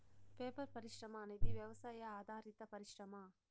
paper పరిశ్రమ అనేది వ్యవసాయ ఆధారిత పరిశ్రమ